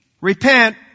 repent